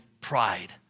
pride